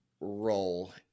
role